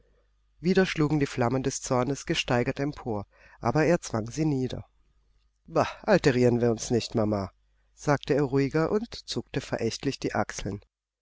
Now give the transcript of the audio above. wieder schlugen die flammen des zornes gesteigert empor aber er zwang sie nieder bah alterieren wir uns nicht mama sagte er ruhiger und zuckte verächtlich die achseln